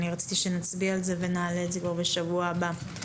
רציתי שנצביע על זה ונעלה את זה כבר בשבוע הבא.